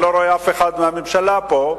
אני לא רואה אף אחד מהממשלה פה.